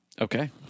Okay